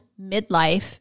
Midlife